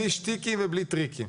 בלי שטיקים ובלי טריקים.